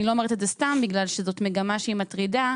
אני לא אומרת את זה סתם בגלל שזאת מגמה שהיא מטרידה.